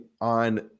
on